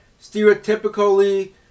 stereotypically